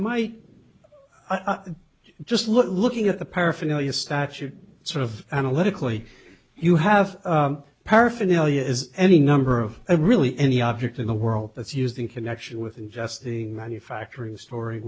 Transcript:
might just looking at the paraphernalia statute sort of analytically you have paraphernalia is any number of really any object in the world that's used in connection with ingesting manufactory story